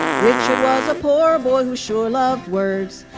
richard was a poor boy, who sure loved words,